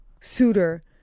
suitor